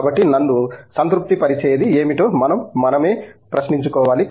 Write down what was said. కాబట్టి నన్ను సంతృప్తిపరిచేది ఏమిటో మనం మనమే ప్రశ్నించుకోవాలి